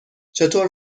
چطور